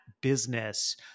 business